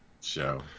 show